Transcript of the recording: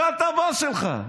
שאל את הבוס שלך,